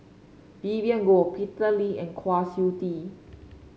Vivien Goh Peter Lee and Kwa Siew Tee